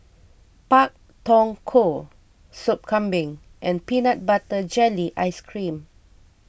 Pak Thong Ko Soup Kambing and Peanut Butter Jelly Ice Cream